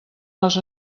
les